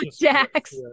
Jax